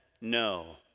no